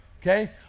okay